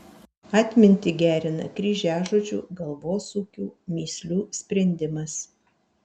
atmintį gerina kryžiažodžių galvosūkių mįslių sprendimas